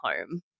home